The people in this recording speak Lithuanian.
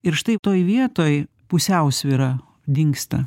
ir štai toj vietoj pusiausvyra dingsta